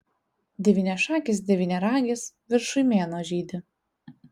devyniašakis devyniaragis viršuj mėnuo žydi